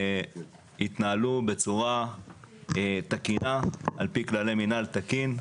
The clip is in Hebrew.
יתנהלו בצורה תקינה, על פי כללי מינהל תקין,